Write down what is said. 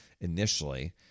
initially